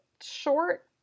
short